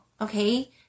Okay